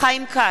חיים כץ,